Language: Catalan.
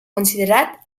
considerat